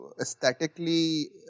aesthetically